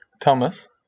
Thomas